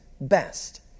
best